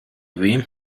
room